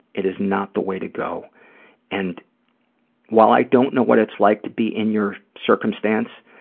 it is not the way to go and while i don't know what it's like to be in your circumstance,